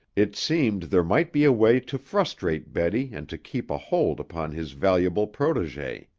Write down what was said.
it seemed there might be a way to frustrate betty and to keep a hold upon his valuable protegee.